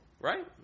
right